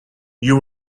you